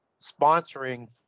sponsoring